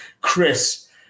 Chris